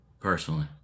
personally